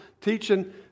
Teaching